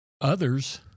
others